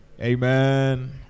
Amen